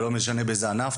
ולא משנה באיזה ענף,